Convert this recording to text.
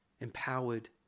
empowered